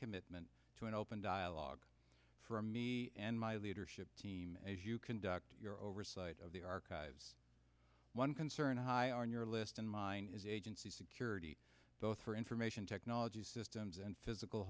commitment to an open dialogue for me and my leadership team as you conduct your oversight of the archives one concern high on your list and mine is agency security both for information technology systems and physical